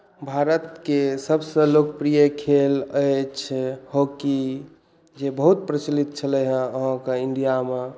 भारतके सभसँ लोकप्रिय खेल अछि हॉकी जे बहुत प्रचलित छलैए अहाँके इण्डियामे